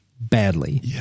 badly